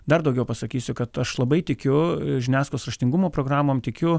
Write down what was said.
dar daugiau pasakysiu kad aš labai tikiu žiniasklaidos raštingumo programom tikiu